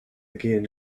again